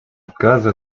отказа